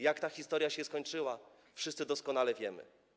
Jak ta historia się skończyła, wszyscy doskonale wiemy.